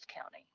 County